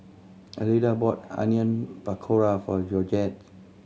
Elida bought Onion Pakora for Georgette